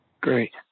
Great